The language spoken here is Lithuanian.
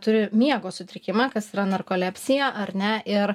turi miego sutrikimą kas yra narkolepsija ar ne ir